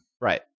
right